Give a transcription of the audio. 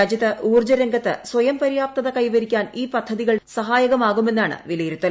രാജ്യത്ത് ഊർജരംഗത്ത് സ്വയം പര്യാപ്തത കൈവരിക്കാൻ പദ്ധതികൾ ഈ സഹായകമാകുമെന്നാണ് വിലയിരുത്തൽ